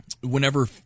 whenever